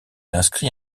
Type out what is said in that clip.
inscrit